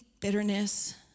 Bitterness